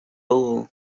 below